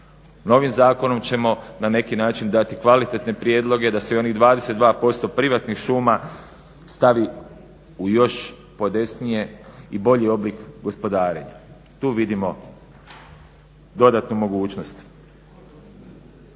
Novim zakonom ćemo na neki način dati kvalitetne prijedloge da se i onih 22% privatnih šuma stavi u još podesniji i bolji oblik gospodarenja. Tu vidimo dodatnu mogućnost.